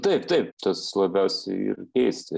taip taip tas labiausiai ir keista